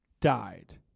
died